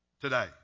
today